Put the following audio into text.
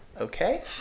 Okay